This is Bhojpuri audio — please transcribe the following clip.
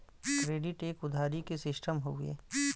क्रेडिट एक उधारी के सिस्टम हउवे